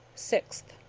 sixth.